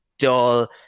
Dull